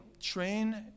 train